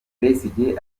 besigye